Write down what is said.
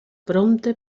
prompte